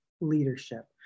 leadership